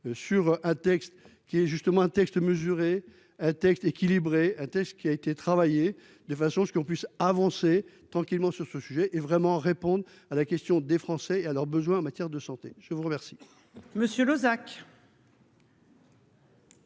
sur un texte qui est justement un texte mesurer un texte équilibré, un texte qui a été travaillé de façon à ce qu'on puisse avancer tranquillement sur ce sujet et vraiment répondre à la question des Français à leurs besoins en matière de santé, je vous remercie.